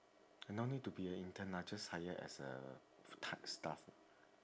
no need to be an intern lah just hire as a full time staff